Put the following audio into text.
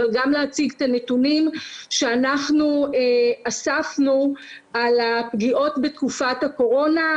אבל גם להציג את הנתונים שאנחנו אספנו על הפגיעות בתקופת הקורונה.